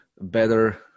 better